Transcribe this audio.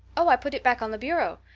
oh, i put it back on the bureau.